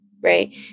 right